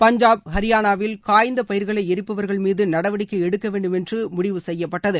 பஞ்சாப் ஹரியானாவில் காய்ந்தபயிர்களைளரிப்பவர்கள் மீதுநடவடிக்கைஎடுக்கவேண்டுமென்றுமுடிவு செய்யப்பட்டது